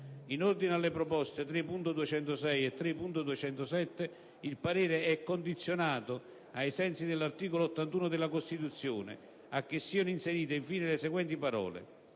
In ordine alle proposte 3.206 e 3.207 il parere è condizionato, ai sensi dell'articolo 81 della Costituzione, a che siano inserite in fine le seguenti parole: